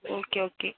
okay okay